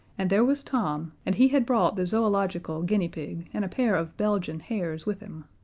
and there was tom, and he had brought the zoological guinea pig and a pair of belgian hares with him.